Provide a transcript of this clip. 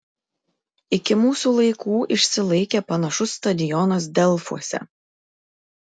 iki mūsų laikų išsilaikė panašus stadionas delfuose